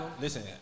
Listen